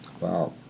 Wow